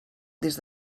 des